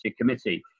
committee